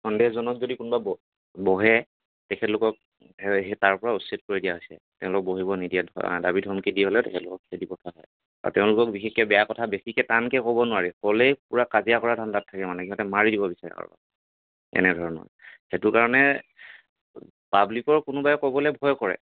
সন্দেহজনক যদি কোনোবা ব বহে তেখেতলোকক সেই তাৰ পৰা উচ্ছেদ কৰি দিয়া হৈছে তেওঁলোকক বহিবলৈ নিদিয়ে ধৰা দাবী ধমকি দি হ'লেও তেখেতলোকক খেদি পঠিওৱা হয় তেওঁলোকক বিশেষকৈ বেয়া কথা বেছিকৈ টানকৈ ক'ব নোৱাৰি ক'লেই পূৰা কাজিয়া কৰা ধান্দাত থাকে মানে সিহঁতে মাৰি দিব বিচাৰে আৰু এনেধৰণৰ সেইটো কাৰণে পাব্লিকৰ কোনোবাই ক'বলৈ ভয় কৰে